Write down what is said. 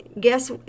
guess